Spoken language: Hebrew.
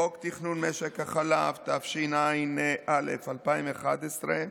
חוק תכנון משק החלב, תשע"א 2011,